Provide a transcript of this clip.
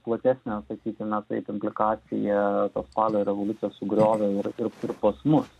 platesnė sakykime taip implikacija tos spalio revoliucijos sugriovė ir ir ir pas mus